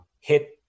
hit